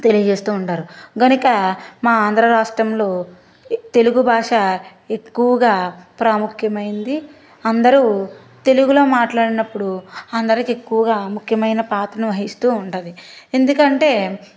తెలియజేస్తూ ఉంటారు గనుక మా ఆంధ్ర రాష్ట్రంలో తెలుగు భాష ఎక్కువగా ప్రాముఖ్యమైనది అందరూ తెలుగులో మాట్లాడినప్పుడు అందరికి ఎక్కువగా ముఖ్యమైన పాత్రను వహిస్తూ ఉంటుంది ఎందుకంటే